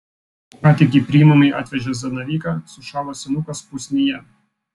ką tik į priimamąjį atvežė zanavyką sušalo senukas pusnyje